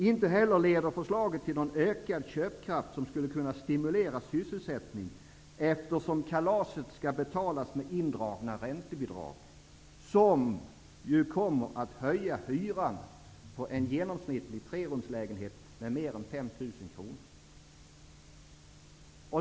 Inte heller leder förslaget till någon ökad köpkraft som skulle kunna stimulera sysselsättningen, eftersom kalaset skall betalas med indragna räntebidrag, som kommer att höja hyran på en genomsnittlig trerumslägenhet med mer än 5 000 kr.